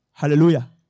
Hallelujah